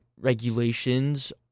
regulations